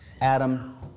Adam